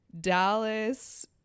Dallas